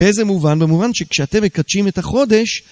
באיזה מובן? במובן שכשאתם מקדשים את החודש...